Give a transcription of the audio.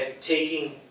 taking